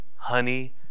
honey